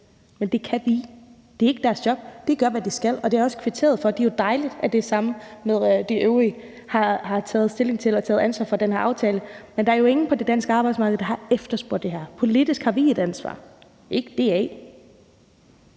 men det kan vi. Det er ikke deres job. De gør, hvad de skal, og det har jeg også kvitteret for; det er jo dejligt, at de sammen med de øvrige har taget stilling til og ansvar for den her aftale. Men der er jo ingen på det danske arbejdsmarked, der har efterspurgt det her. Politisk har vi et ansvar, ikke DA.